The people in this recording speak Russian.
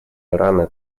ирана